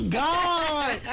god